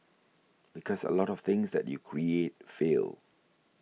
because a lot of things that you create fail